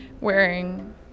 wearing